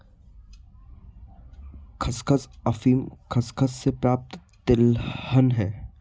खसखस अफीम खसखस से प्राप्त तिलहन है